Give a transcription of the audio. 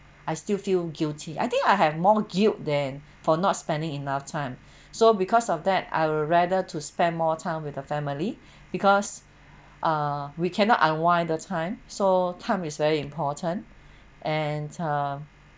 I still feel guilty I think I have more guilt than for not spending enough time so because of that I will rather to spend more time with the family because uh we cannot unwind the time so time is very important and uh